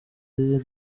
ari